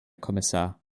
kommissar